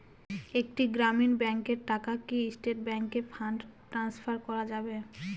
একটি গ্রামীণ ব্যাংকের টাকা কি স্টেট ব্যাংকে ফান্ড ট্রান্সফার করা যাবে?